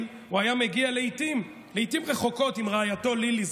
הוא היה מגיע לעיתים רחוקות עם רעייתו לילי,